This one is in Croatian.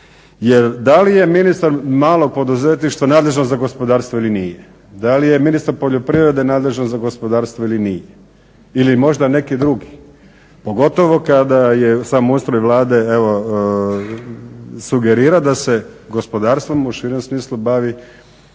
Jel da li je ministar malog poduzetništva nadležan za gospodarstvo ili nije? Da li je ministar poljoprivrede nadležan za gospodarstvo ili nije? Ili možda neki drugi. Pogotovo kada je samoustroj Vlade sugerira da se gospodarstvom u širem smislu bavi